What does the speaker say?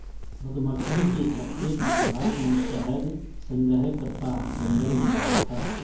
मधुमक्खी के छत्ते की तलाश में शहद संग्रहकर्ता जंगल में गया था